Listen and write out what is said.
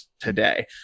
today